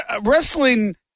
wrestling